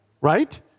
Right